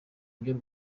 ibyo